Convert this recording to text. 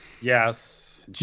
Yes